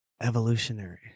evolutionary